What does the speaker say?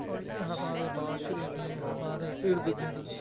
اور یہ ہمارے معاشرے میں ہمارے ارد گرد